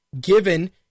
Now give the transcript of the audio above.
given